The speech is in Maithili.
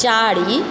चारि